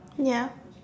ya